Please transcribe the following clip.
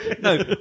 No